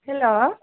hello